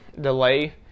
delay